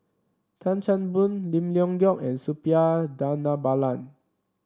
Tan Chan Boon Lim Leong Geok and Suppiah Dhanabalan